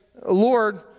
Lord